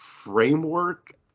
framework